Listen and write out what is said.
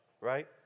right